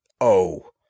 Oh